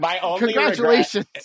congratulations